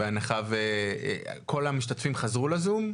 כל המשתתפים חזרו לזום?